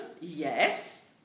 yes